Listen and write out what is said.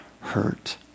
hurt